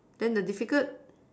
then the difficult